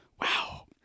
Wow